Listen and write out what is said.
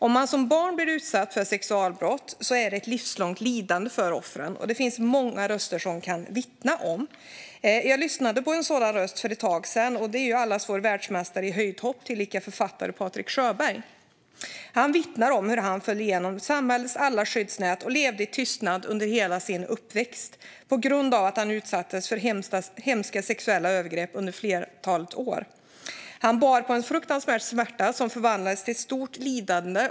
För barn som blir utsatta för sexualbrott innebär det ett livslångt lidande. Det finns många röster som kan vittna om det. Jag lyssnade på en sådan röst för ett tag sedan, allas vår världsmästare i höjdhopp tillika författaren Patrik Sjöberg. Han vittnar om hur han föll genom samhällets alla skyddsnät och levde i tystnad under hela sin uppväxt på grund av att han under ett flertal år utsattes för hemska sexuella övergrepp. Han bar på en fruktansvärd smärta som förvandlades till ett stort lidande.